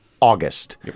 August